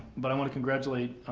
but i wanna congratulate,